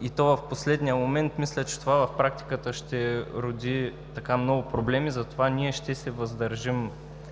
и то в последния момент. Мисля, че това в практиката ще роди много проблеми. Ние ще се въздържим